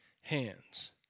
hands